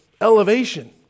elevation